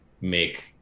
make